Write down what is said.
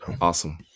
Awesome